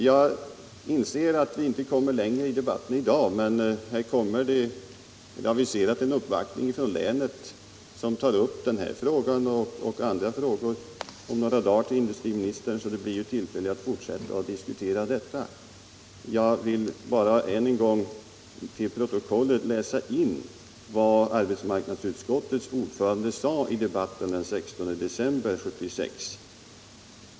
Jag inser att vi inte kommer längre i dagens debatt, men det har aviserats en uppvaktning från länet hos industriministern om några dagar, varvid den här frågan och andra kommer att tas upp, så det blir tillfälle att då fortsätta diskussionen. Jag vill bara än en gång läsa in i protokollet vad arbetsmarknadsutskottets ordförande sade i debatten den 16 december 1976.